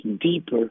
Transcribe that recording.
deeper